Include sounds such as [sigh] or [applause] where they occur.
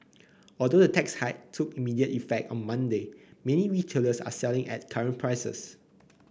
[noise] although the tax hike took immediate effect on Monday many retailers are selling at current [noise] prices